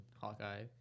Hawkeye